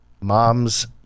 mom's